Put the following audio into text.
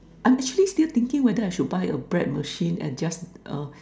I'm actually still thinking whether I should buy a bread machine and just err